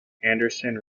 anderson